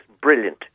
brilliant